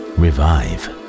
revive